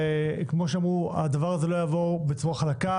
וכמו שאמרו הדבר הזה לא יעבור בצורה חלקה,